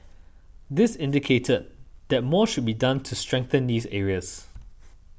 this indicated that more should be done to strengthen these areas